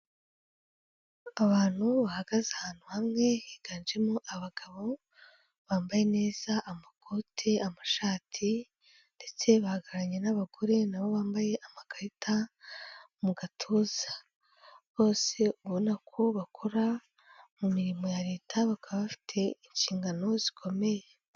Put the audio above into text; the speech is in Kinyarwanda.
Abantu bahagaze ahantu hamwe higanjemo abagabo bambaye neza amakoti, amashati ndetse bahagararanye n'abagore nabo bambaye amakarita mu gatuza, bose ubona ko bakora mu mirimo ya leta bakaba bafite inshingano zikomeye.